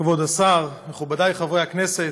כבוד השר, מכובדי חברי הכנסת,